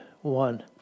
One